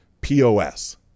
POS